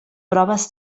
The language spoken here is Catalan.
proves